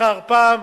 אחר פעם.